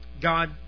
God